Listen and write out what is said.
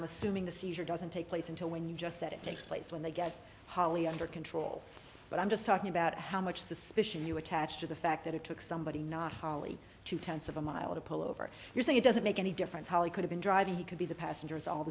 i'm assuming the seizure doesn't take place until when you just said it takes place when they get holly under control but i'm just talking about how much suspicion you attach to the fact that it took somebody natalee two tenths of a mile to pull over you're saying it doesn't make any difference how he could have been driving he could be the passenger it's all